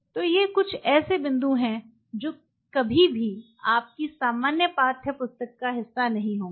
तो ये कुछ ऐसे बिंदु हैं जो कभी भी आपकी सामान्य पाठ्यपुस्तक का हिस्सा नहीं होंगे